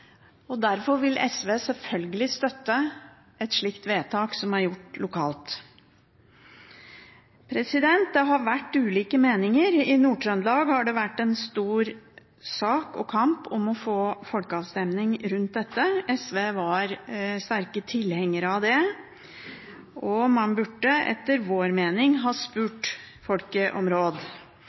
pisk. Derfor vil SV selvfølgelig støtte et slikt vedtak, som er gjort lokalt. Det har vært ulike meninger. I Nord-Trøndelag har det vært en stor sak og kamp om å få folkeavstemning om dette. SV var sterkt tilhenger av det. Man burde, etter vår mening, ha spurt